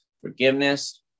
forgiveness